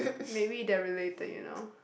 maybe they're related you know